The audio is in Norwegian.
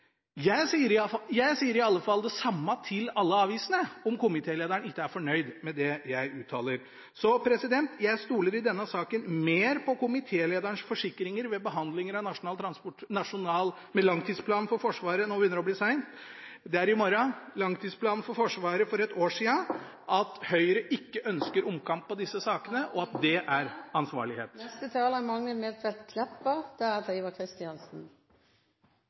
Jeg sier i alle fall det samme til alle avisene, selv om komitélederen ikke er fornøyd med det jeg uttaler. I denne saken stoler jeg mer på komitélederens forsikringer ved behandlingen av langtidsplanen for Forsvaret for et år sia om at Høyre ikke ønsker omkamp i disse sakene. Det er ansvarlighet. Det å vera stortingsrepresentant betyr at ein plutseleg ei kveldsstund får moglegheit til